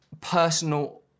personal